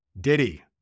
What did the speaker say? Diddy